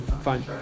fine